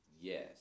Yes